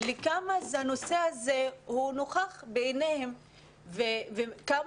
שמראה כמה הנושא הזה נוכח בעיניהם וכמה